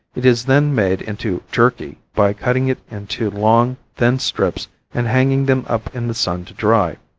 it is then made into jerky by cutting it into long, thin strips and hanging them up in the sun to dry.